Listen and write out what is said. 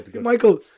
Michael